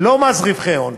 לא מס רווחי הון,